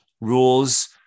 rules